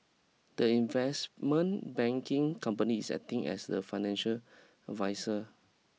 the investment banking company is acting as the financial adviser